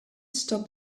stop